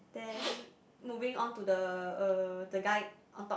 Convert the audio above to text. then moving on to the uh the guy on top